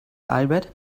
albert